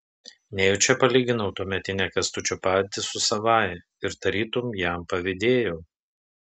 nejučia palyginau tuometinę kęstučio padėtį su savąja ir tarytum jam pavydėjau